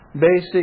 basic